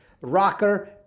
rocker